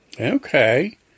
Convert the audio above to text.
Okay